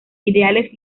ideas